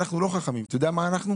אנחנו לא חכמים, אתה יודע מה אנחנו?